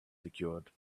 secured